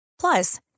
Plus